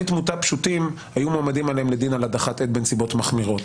תמותה פשוטים היו נעמדים עליהן לדין על הדחת עד בנסיבות מחמירות.